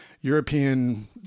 European